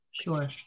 Sure